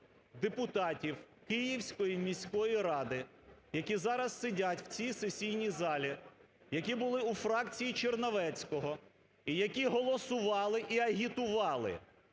депутатів Київської міської ради, які зараз сидять в цій сесійній залі? Які були у фракції Черновецького і які голосували і агітували